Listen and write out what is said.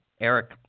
Eric